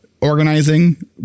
organizing